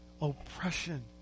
oppression